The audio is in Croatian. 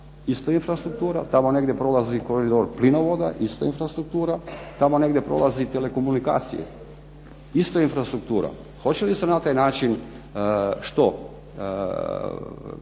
iz te infrastrukture, tamo negdje prolazi plinovod isto infrastruktura, tamo negdje prolaze telekomunikacije, isto infrastruktura. Hoće li se na taj način što